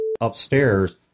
upstairs